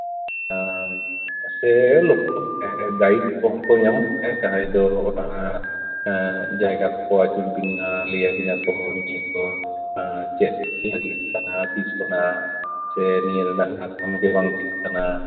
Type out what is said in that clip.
ᱥᱮ local guide ᱠᱚᱸᱦᱚ ᱠᱚ ᱧᱟᱢᱚᱜ ᱜᱮᱭᱟ ᱡᱟᱦᱟᱸᱭ ᱫᱚ ᱚᱱᱟ ᱡᱟᱭᱜᱟ ᱠᱚᱠᱚ ᱟᱹᱪᱩᱨ ᱵᱤᱱᱟ ᱞᱟᱹᱭᱟᱵᱤᱱᱟᱠᱚ ᱱᱤᱭᱟᱹ ᱫᱚ ᱪᱮᱫ ᱞᱟᱹᱜᱤᱫ ᱠᱟᱱᱟ ᱛᱤᱥ ᱠᱷᱚᱱᱟᱜ ᱥᱮ ᱱᱤᱭᱟᱹ ᱨᱮᱱᱟᱜ ᱱᱟᱜᱟᱢ ᱜᱮᱵᱟᱝ ᱪᱮᱫ ᱠᱟᱱᱟ